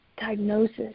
diagnosis